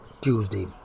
tuesday